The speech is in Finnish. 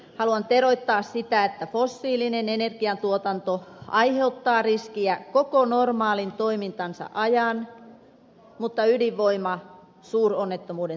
haluan teroittaa sitä että fossiilinen energiantuotanto aiheuttaa riskiä koko normaalin toimintansa ajan mutta ydinvoima suuronnettomuuden sattuessa